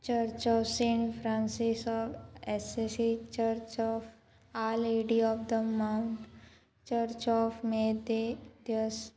church of saint Francis of Assisi church of our lady of the mount church of मे दे द्योस